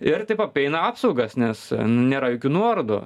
ir taip apeina apsaugas nes nėra jokių nuorodų